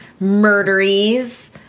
murderies